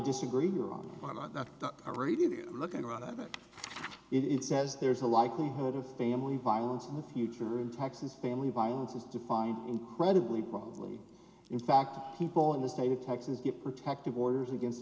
disagree about that a radio look at a lot of it it says there's a likelihood of family violence in the future in texas family violence is defined incredibly probably in fact people in the state of texas get protective orders against